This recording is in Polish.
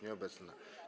Nieobecna.